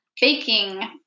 baking